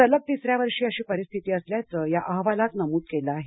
सलग तिसऱ्या वर्षी अशी परिस्थिती असल्याचं या अहवालात नमूद केलं आहे